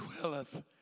dwelleth